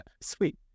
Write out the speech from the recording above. Sweet